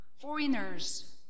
foreigners